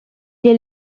est